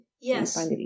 Yes